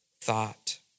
thought